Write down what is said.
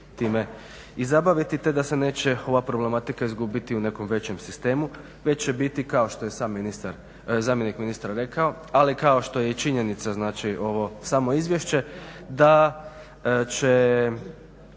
time i zabaviti te da se neće ova problematika izgubiti u nekom većem sistemu već će biti kao što je sam ministar, zamjenik ministra rekao ali kao što je i činjenica znači samo ovo izvješće da će